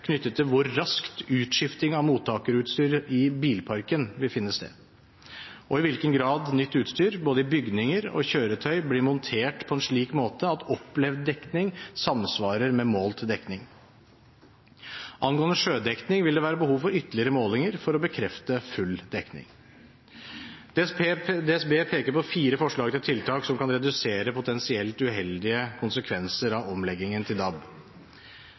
knyttet til hvor raskt utskifting av mottakerutstyr i bilparken vil finne sted, og i hvilken grad nytt utstyr både i bygninger og kjøretøy blir montert på en slik måte at opplevd dekning samsvarer med målt dekning. Angående sjødekning vil det være behov for ytterligere målinger for å bekrefte full dekning. DSB peker på fire forslag til tiltak som kan redusere potensielt uheldige konsekvenser av omleggingen til DAB: